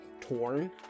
torn